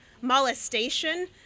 molestation